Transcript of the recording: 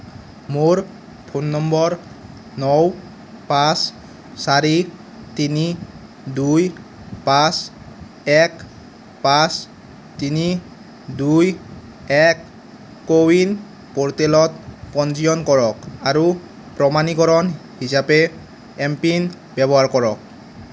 মোৰ ফোন নম্বৰ ন পাঁচ চাৰি তিনি দুই পাঁচ এক পাঁচ তিনি দুই এক কো ৱিন প'ৰ্টেলত পঞ্জীয়ন কৰক আৰু প্ৰমাণীকৰণ হিচাপে এমপিন ব্যৱহাৰ কৰক